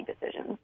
decisions